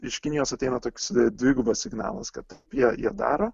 iš kinijos ateina toks dvigubas signalas kad jie daro